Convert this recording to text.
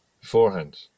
beforehand